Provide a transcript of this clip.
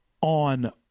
on